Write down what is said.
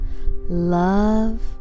love